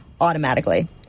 automatically